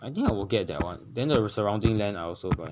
I think I will get that one then the surrounding land I also buy